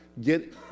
get